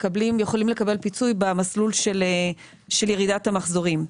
יכולים לקבל פיצוי במסלול של ירידת המחזורים.